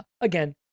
Again